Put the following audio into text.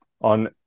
on